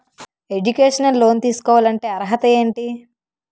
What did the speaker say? Educational loan తీసుకోవాలంటే అర్హత ఏంటి?